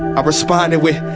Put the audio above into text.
ah responded with,